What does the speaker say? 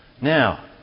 Now